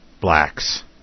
blacks